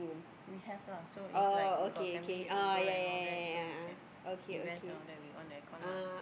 we have lah so if like we got family over and all that so we can events and all that we on the air con lah